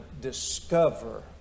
discover